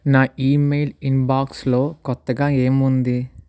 నా email inbox లో కొత్తగా ఏం ఉంది